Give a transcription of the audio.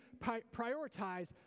prioritize